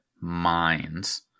minds